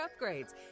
upgrades